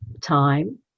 time